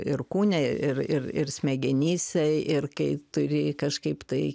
ir kūne ir ir ir smegenyse ir kai turi kažkaip tai